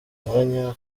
mwanya